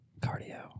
Cardio